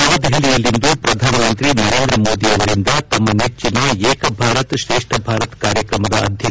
ನವದೆಹಲಿಯಲ್ಲಿಂದು ಪ್ರಧಾನಮಂತ್ರಿ ನರೇಂದ್ರ ಮೋದಿಅವರಿಂದ ತಮ್ನ ನೆಚ್ಚಿನ ಏಕ ಭಾರತ್ ತ್ರೇಷ್ಠ ಭಾರತ್ ಕಾರ್ಯಕ್ರಮದ ಅಧ್ಯಕ್ಷತೆ